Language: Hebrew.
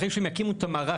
אחרי שהם יקימו את המערך,